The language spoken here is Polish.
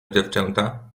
dziewczęta